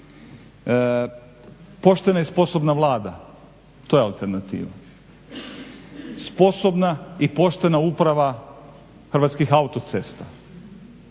Poštena i sposobna Vlada to je alternativa. Sposobna i poštena uprava Hrvatskih autocesta.